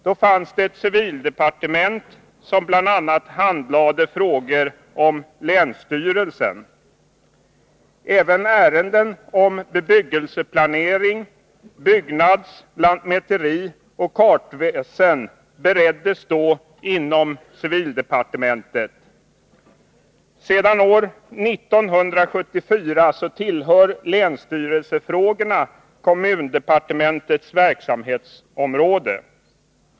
Då fanns det ett civildepartement, som bl.a. handlade frågor om länsstyrelsen. Även ärenden om bebyggelseplanering, byggnads-, lantmäterioch kartväsen bereddes då inom civildepartementet. Sedan år 1974 tillhör länsstyrelsefrågorna kommundepartementets verksamhetsområde.